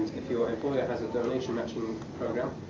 if your employer has a donation matching program,